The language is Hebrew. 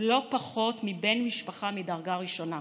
לא פחות מבן משפחה מדרגה ראשונה.